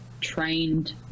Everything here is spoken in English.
trained